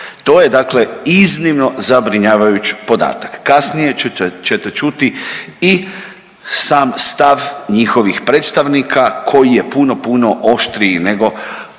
To je dakle iznimno zabrinjavajući podatak. Kasnije ćete čuti i sam stav njihovih predstavnika koji je puno, puno oštriji nego